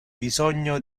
bisogno